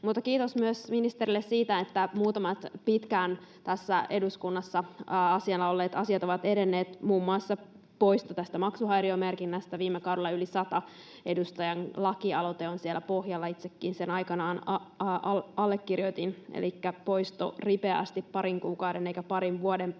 kiitos ministerille siitä, että muutamat pitkään tässä eduskunnassa olleet asiat ovat edenneet, muun muassa poisto maksuhäiriömerkinnästä. Viime kauden yli sadan edustajan lakialoite on siellä pohjalla, itsekin sen aikanaan allekirjoitin. Elikkä poisto ripeästi parin kuukauden eikä parin vuoden päästä.